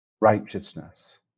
Righteousness